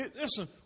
listen